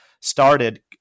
started